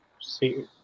see